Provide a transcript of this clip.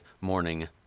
morning